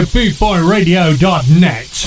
BootBoyRadio.net